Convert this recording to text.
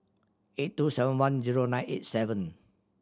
eight two seven one zero nine eight seven